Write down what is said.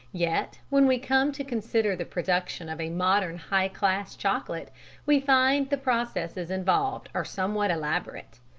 yet when we come to consider the production of a modern high-class chocolate we find the processes involved are somewhat elaborate.